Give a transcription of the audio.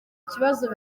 kibazo